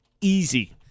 easy